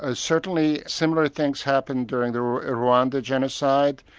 ah certainly similar things happened during the rwanda genocide.